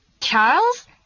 Charles